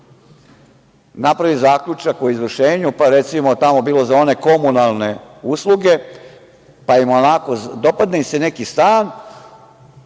napravi zaključak o izvršenju, pa recimo, tamo bilo za one komunalne usluge, dopadne im se neki stan,